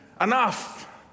enough